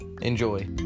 enjoy